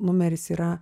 numeris yra